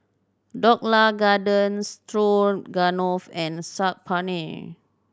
Dhokla Garden Stroganoff and Saag Paneer